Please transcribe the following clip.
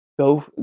Go